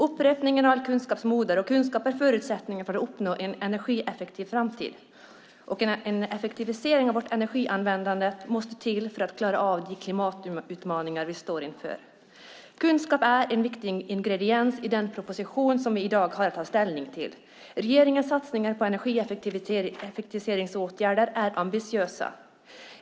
Upprepning är kunskapens moder, och kunskap är förutsättningen för att uppnå en energieffektiv framtid. En effektivisering av vårt energianvändande måste till för att klara av de klimatutmaningar vi står inför. Kunskap är en viktig ingrediens i den proposition vi i dag har att ta ställning till. Regeringens satsningar på energieffektiviseringsåtgärder är ambitiösa.